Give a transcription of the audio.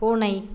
பூனை